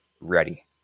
ready